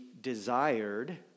desired